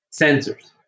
sensors